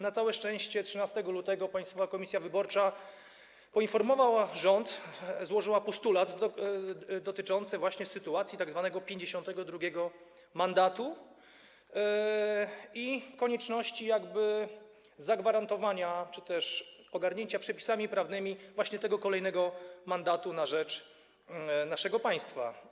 Na całe szczęście 13 lutego Państwowa Komisja Wyborcza poinformowała rząd, złożyła postulat dotyczący właśnie sytuacji tzw. 52. mandatu i konieczności zagwarantowania czy też ogarnięcia przepisami prawnymi właśnie tego kolejnego mandatu na rzecz naszego państwa.